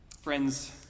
Friends